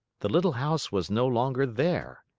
the little house was no longer there.